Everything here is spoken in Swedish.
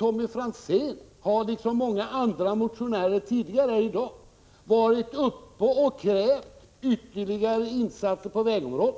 Tommy Franzén har i likhet med många andra motionärer i dag krävt ytterligare insatser på vägområdet.